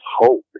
hope